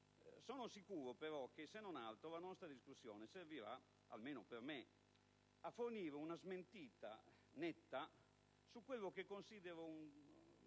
però sicuro che, se non altro, la nostra discussione servirà - almeno per me - a fornire una smentita netta su quello che considero un